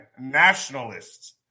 nationalists